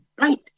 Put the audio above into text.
Right